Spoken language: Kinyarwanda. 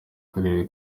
karere